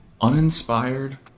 uninspired